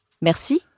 Merci